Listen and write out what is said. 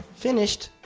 finished!